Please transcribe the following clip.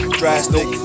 drastic